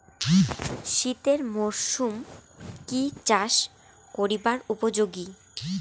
শীতের মরসুম কি চাষ করিবার উপযোগী?